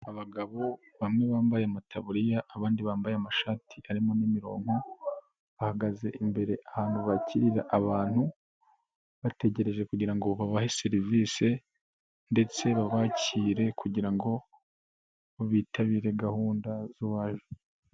Abagabo bamwe bambaye amataburiya abandi bambaye amashati arimo n'imironko, bahagaze imbere ahantu bakirira abantu bategereje kugirango babahe serivisi ndetse babakire kugira ngo bo bitabire gahunda z'uwaje.